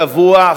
שבוע,